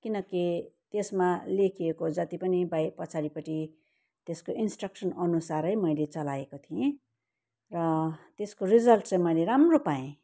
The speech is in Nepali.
किनकि त्यसमा लेखिएको जति पनि बाइ पछाडिपट्टि त्यसको इन्स्ट्रक्सनअनुसारै मैले चलाएको थिएँ र त्यसको रिजल्ट चाहिँ मैले राम्रो पाएँ